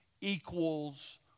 equals